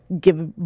give